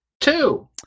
Two